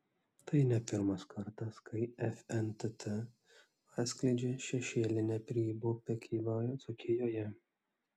tai ne pirmas kartas kai fntt atskleidžia šešėlinę grybų prekybą dzūkijoje